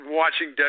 watching